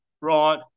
right